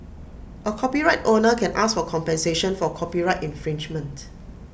A copyright owner can ask for compensation for copyright infringement